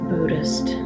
Buddhist